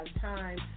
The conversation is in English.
time